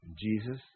Jesus